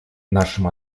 нашим